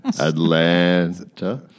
Atlanta